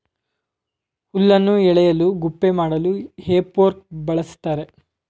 ಹುಲ್ಲನ್ನು ಎಳೆಯಲು ಗುಪ್ಪೆ ಮಾಡಲು ಹೇ ಫೋರ್ಕ್ ಬಳ್ಸತ್ತರೆ